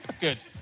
Good